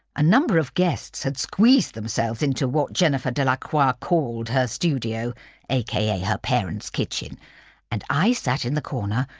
a number of guests had squeezed themselves into what jennifer delacroix called her studio aka her parents' kitchen and i sat in the corner,